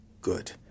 Good